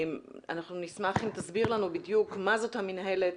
אנחנו נשמח אם תסביר לנו בדיוק מה זאת המינהלת,